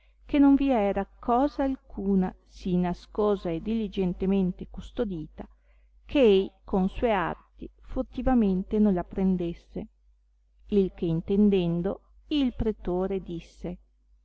che non vi era cosa alcuna sì nascosa e diligentemente custodita che ei con sue arti furtivamente non la prendesse il che intendendo il pretore disse